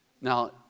Now